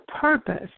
purpose